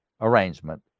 arrangement